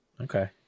Okay